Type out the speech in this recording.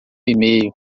email